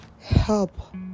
Help